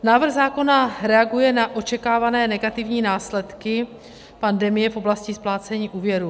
Návrh zákona reaguje na očekávané negativní následky pandemie v oblasti splácení úvěrů.